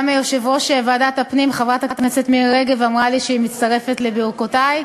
יושבת-ראש ועדת הפנים חברת הכנסת מירי רגב אמרה לי שהיא מצטרפת לברכותי.